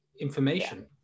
information